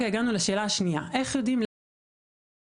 הגענו לשאלה השנייה שהיא איך יודעים לאן לפנות.